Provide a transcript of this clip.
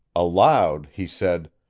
aloud, he said,